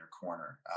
corner